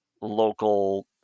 local